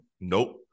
Nope